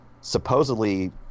supposedly